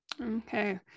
okay